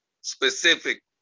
specific